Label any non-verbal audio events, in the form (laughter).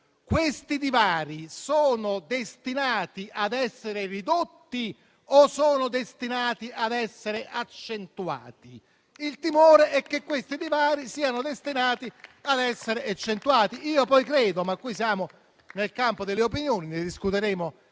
questi divari sono destinati ad essere ridotti o sono destinati ad essere accentuati? (applause) Il timore è che questi divari siano destinati ad essere accentuati. Credo inoltre - ma qui siamo nel campo delle opinioni e ne discuteremo